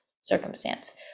circumstance